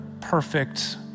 perfect